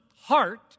heart